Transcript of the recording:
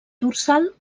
dorsal